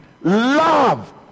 love